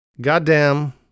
Goddamn